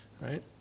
Right